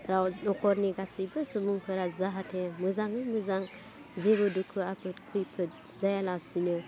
राव न'खरनि गासैबो सुबुंफोरा जाहाथे मोजाङै मोजां जेबो दुखु आफोद खैफोद जायालासिनो